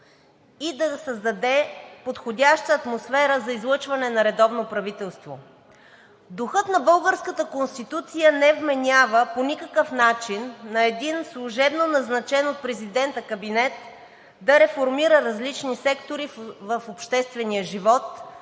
и да създаде подходяща атмосфера за излъчване на редовно правителство. Духът на българската Конституция не вменява по никакъв начин на един служебно назначен от президента кабинет да реформира различни сектори в обществения живот,